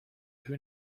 who